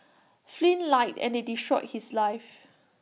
Flynn lied and they destroyed his life